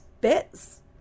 bits